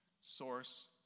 source